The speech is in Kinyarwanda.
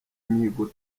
imihigo